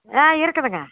ஆ இருக்குதுங்க